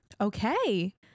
Okay